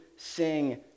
sing